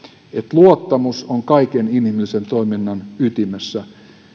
luottamus on kaiken inhimillisen toiminnan ytimessä